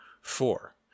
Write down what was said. Four